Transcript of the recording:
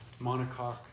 monocoque